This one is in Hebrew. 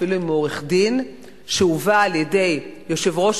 אפילו אם הוא עורך-דין שהובא על-ידי יושב-ראש